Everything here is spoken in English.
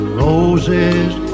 roses